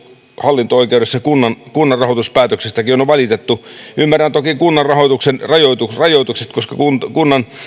hallinto oikeudessa kunnan kunnan rahoituspäätöksistäkin on on valitettu ymmärrän toki kunnan rahoituksen rajoitukset rajoitukset koska kunnan